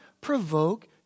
provoke